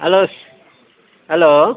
hello hello